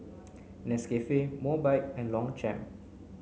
Nescafe Mobike and Longchamp